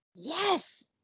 Yes